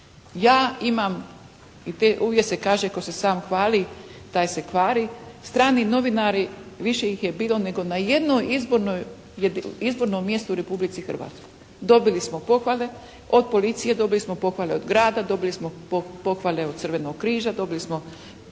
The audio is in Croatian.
Ja imam i uvijek se kaže tko se sam hvali taj se kvari strani novinari više ih je bilo na i jednoj izbornom mjestu u Republici Hrvatskoj. Dobili smo pohvale od policije, dobili smo pohvale od grada, dobili smo pohvale od Crvenog križa, dobili smo